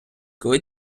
коли